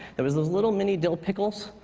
there was those little, mini dill pickles,